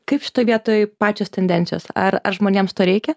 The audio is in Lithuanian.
kaip šitoj vietoj pačios tendencijos ar ar žmonėms to reikia